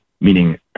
meaning